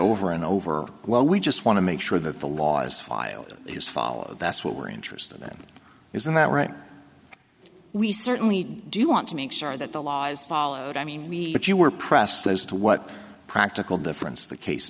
over and over well we just want to make sure that the laws filed it has followed that's what we're interested in isn't that right we certainly do want to make sure that the law is followed i mean we but you were pressed as to what practical difference the case